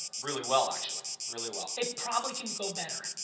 really well, actually. really well. it probably can go better.